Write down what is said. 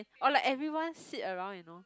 or like everyone sit around you know